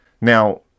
Now